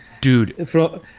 Dude